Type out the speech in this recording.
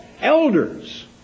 elders